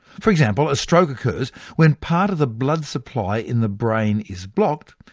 for example, a stroke occurs when part of the blood supply in the brain is blocked,